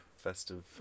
festive